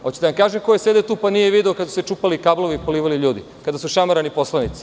Hoćete da vam kažem ko je sedeo tu pa nije video kada su se čupali kablovi i polivali ljudi, kada su šamarani poslanici?